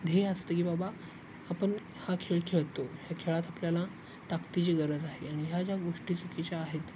ध्येय असतं की बाबा आपण हा खेळ खेळतो ह्या खेळात आपल्याला ताकदीची गरज आहे आणि ह्या ज्या गोष्टी चुकीच्या आहेत